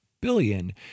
billion